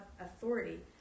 authority